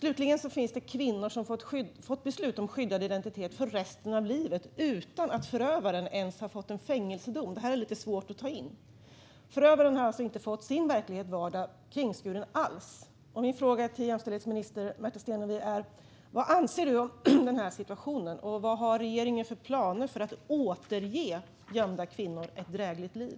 Det finns slutligen kvinnor som har fått beslut om skyddad identitet för resten av livet utan att förövaren ens har fått en fängelsedom. Det här är svårt att ta in. Förövaren har alltså inte alls fått sin verklighet och vardag kringskuren. Min fråga till jämställdhetsminister Märta Stenevi är: Vad anser du om situationen, och vilka planer har regeringen för att återge gömda kvinnor ett drägligt liv?